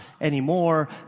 anymore